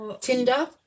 Tinder